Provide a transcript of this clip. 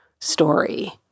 story